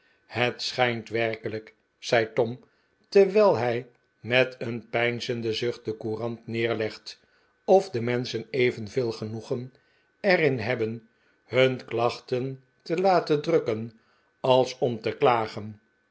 het schijnt werkelijk zei tom terwijl hij met een peinzenden zucht de courant neerlegde of de menschen evenveel genoegen er in hebben hun jklachten te laten drukken als om te klagen